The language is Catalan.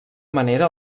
manera